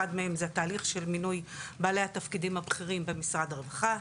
אחד מהם זה התהליך של מינוי בעלי התפקידים הבכירים במשרד הרווחה.